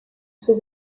suo